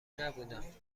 نبودم